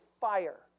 fire